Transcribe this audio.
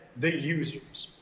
the users,